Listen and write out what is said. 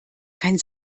kein